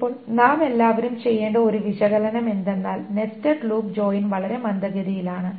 ഇപ്പോൾ നാമെല്ലാവരും ചെയ്യേണ്ട ഒരു വിശകലനം എന്തെന്നാൽ നെസ്റ്റഡ് ലൂപ്പ് ജോയിൻ വളരെ മന്ദഗതിയിലാണ്